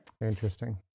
Interesting